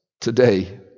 today